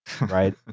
Right